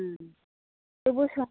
उम जेबो सो